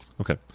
Okay